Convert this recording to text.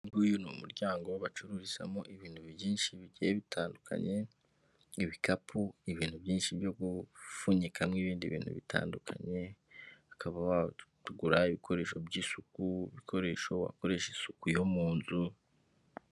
Uyu nguyu ni umuryango bacururizamo ibintu byinshi bigiye bitandukanye, ibikapu, ibintu byinshi byo gufunyikamo ibindi bintu bitandukanye, ukaba wagura ibikoresho by'isuku, bikoresho wakoresha isuku yo mu nzu.